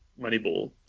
Moneyball